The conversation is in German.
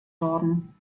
worden